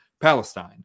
Palestine